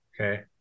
Okay